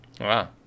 wow